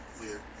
Weird